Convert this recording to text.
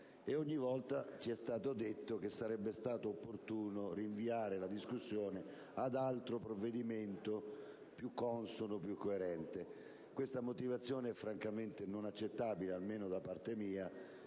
ogni volta ci è stato detto che sarebbe stato opportuno rinviare la discussione ad altro provvedimento più consono e coerente. Questa motivazione francamente non è accettabile, almeno da parte mia,